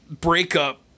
breakup